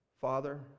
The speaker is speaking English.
Father